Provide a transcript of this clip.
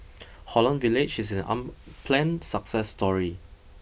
Holland Village is an unplanned success story